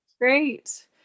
great